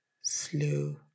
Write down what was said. slow